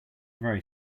very